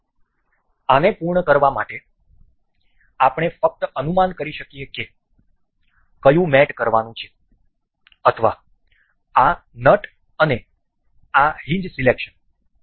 તેથી આને પૂર્ણ કરવા માટે આપણે ફક્ત અનુમાન કરી શકીએ કે કયું મેટ કરવાનું છે અથવા આ નટ અને આ હિંજ સિલેક્શન